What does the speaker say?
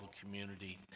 community